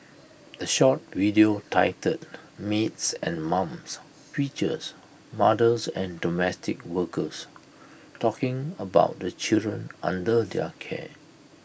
the short video titled maids and mums features mothers and domestic workers talking about the children under their care